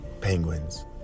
penguins